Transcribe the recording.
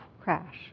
crash